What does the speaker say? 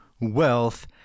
wealth